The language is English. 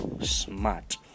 smart